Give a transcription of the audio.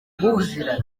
muziranye